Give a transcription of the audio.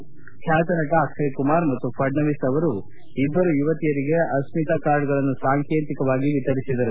ಬ್ಲಾತ ನಟ ಅಕ್ಷಯ್ ಕುಮಾರ್ ಮತ್ತು ಫಡ್ನವೀಸ್ ಅವರು ಇಬ್ಲರು ಯುವತಿಯರಿಗೆ ಅಸ್ತಿತಾ ಕಾರ್ಡ್ಗಳನ್ನು ಸಾಂಕೇತಿಕವಾಗಿ ವಿತರಿಸಿದರು